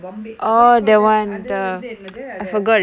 bombay what do you call that அது வந்து என்னது:athu vanthu ennathu